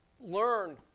Learn